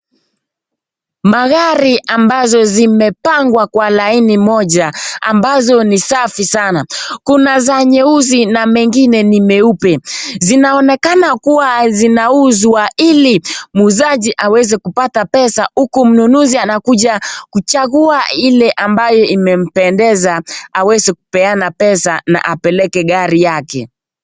Magari ambazo zimepangwa kwa laini moja, ambazo ni safi sana, kuna za nyeusi na mengine ni meupe. Zinaonekana kuwa zinauzwa ili muuzaji aweze kupata pesa huku mnunuzi anakuja kuchagua ile ambayo imempendeza, aweze kupeana pesa na apeleke gari yake.